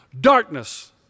darkness